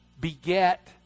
beget